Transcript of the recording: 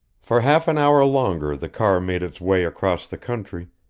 for half an hour longer the car made its way across the country,